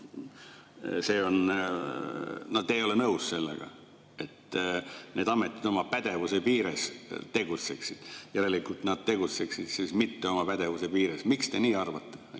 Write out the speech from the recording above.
ütlete, et te ei ole nõus sellega, et need ametid oma pädevuse piires tegutseksid. Järelikult nad tegutseksid siis mitte oma pädevuse piires. Miks te nii arvate?